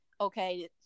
okay